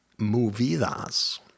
movidas